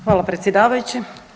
Hvala predsjedavajući.